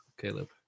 caleb